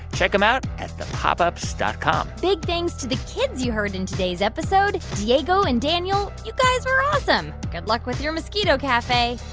check them out at thepopups dot com big thanks to the kids you heard in today's episode, diego and daniel. you guys were awesome. good luck with your mosquito cafe.